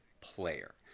player